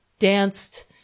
danced